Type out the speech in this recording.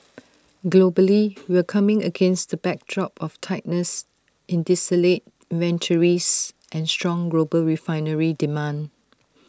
globally we're coming against the backdrop of tightness in distillate inventories and strong global refinery demand